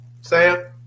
sam